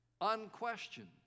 unquestioned